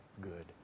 good